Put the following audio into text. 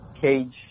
Cage